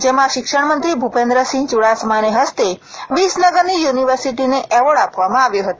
જેમાં શિક્ષણમંત્રી ભૂપેન્દ્રસિંહ ચુડાસમાને હસ્તે વિસનગરની યુનિવર્સિટીને એવોર્ડ આપવામાં આવ્યો હતો